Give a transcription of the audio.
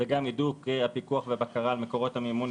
וגם הידוק הפיקוח והבקרה על מקורות המימון